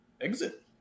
exit